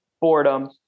boredom